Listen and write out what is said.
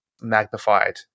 magnified